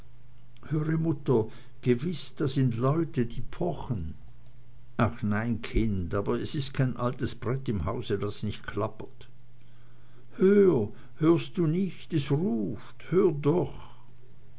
mutter gewiß da sind leute die pochen ach nein kind aber es ist kein altes brett im hause das nicht klappert hör hörst du nicht es ruft hör doch